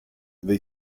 they